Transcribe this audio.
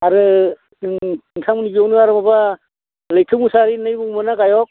आरो जों नोंथांमोननि बेयावनो आरो माबा लैथो मुसाहारि होन्नाय दंमोन ना गायक